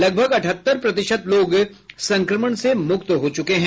लगभग अठहत्तर प्रतिशत लोग संक्रमण से मुक्त हो चुके है